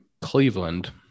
Cleveland